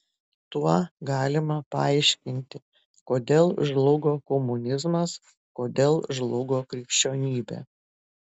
tuo galima paaiškinti kodėl žlugo komunizmas kodėl žlugo krikščionybė